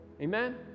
amen